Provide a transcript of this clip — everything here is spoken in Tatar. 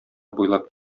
буйлап